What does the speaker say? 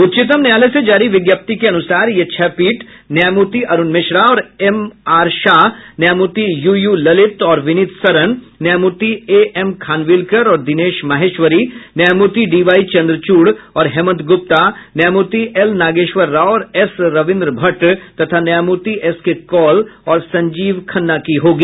उच्चतम न्यायालय से जारी विज्ञप्ति के अनुसार ये छह पीठ न्यायमूर्ति अरूण मिश्रा और एम आर शाह न्यायमूर्ति यूयू ललित और विनीत सरन न्यायमूर्ति एएम खानविलकर और दिनेश माहेश्वरी न्यायमूर्ति डीवाई चन्द्रचूड और हेमंत गुप्ता न्यायमूर्ति एल नागेश्वर राव और एस रविन्द्र भट्ट तथा न्यायमूर्ति एसके कौल और संजीव खन्ना की होंगी